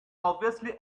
obviously